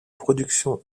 production